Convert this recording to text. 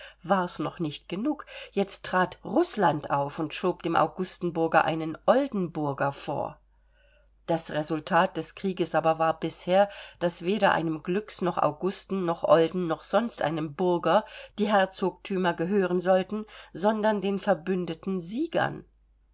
war's noch nicht genug jetzt trat rußland auf und schob dem augustenburger einen oldenburger vor das resultat des krieges aber war bisher daß weder einem glücks noch augusten noch olden noch sonst einem burger die herzogtümer gehören sollten sondern den verbündeten siegern